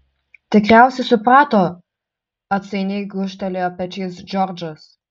tikriausiai suprato atsainiai gūžtelėjo pečiais džordžas